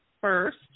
first